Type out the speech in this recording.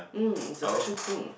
um it's a passion thing